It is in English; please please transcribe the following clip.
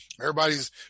Everybody's